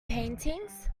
paintings